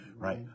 Right